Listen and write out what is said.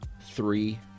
Three